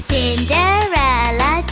Cinderella